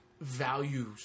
values